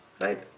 right